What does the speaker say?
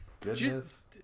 goodness